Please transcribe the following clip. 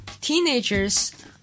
teenagers